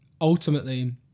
ultimately